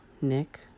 Nick